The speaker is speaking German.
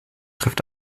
trifft